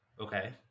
Okay